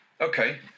Okay